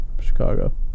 Chicago